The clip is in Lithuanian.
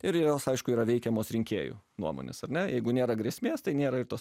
ir jos aišku yra veikiamos rinkėjų nuomonės ar ne jeigu nėra grėsmės tai nėra ir tos